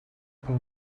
pel